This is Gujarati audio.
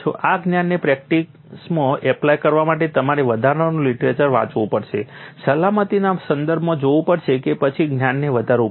આ જ્ઞાનને પ્રેક્ટિસમાં એપ્લાય કરવા માટે તમારે વધારાનું લીટરેચર વાંચવું પડશે સલામતીના સંદર્ભમાં જોવું પડશે અને પછી જ્ઞાનને વધારવું પડશે